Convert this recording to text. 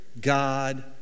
God